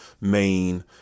main